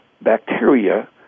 bacteria